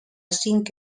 cinc